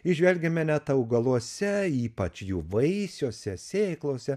įžvelgiame net augaluose ypač jų vaisiuose sėklose